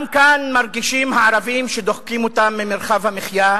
גם כאן מרגישים הערבים שדוחקים אותם ממרחב המחיה,